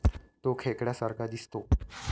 तो खेकड्या सारखा दिसतो